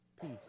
Peace